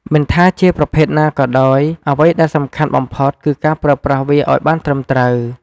មិនថាជាប្រភេទណាក៏ដោយ អ្វីដែលសំខាន់បំផុតគឺការប្រើប្រាស់វាឱ្យបានត្រឹមត្រូវ។